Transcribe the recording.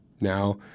Now